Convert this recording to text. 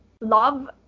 love